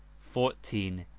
fourteen.